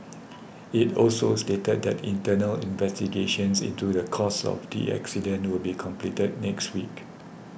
it also stated that internal investigations into the cause of the accident will be completed next week